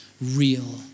real